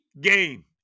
game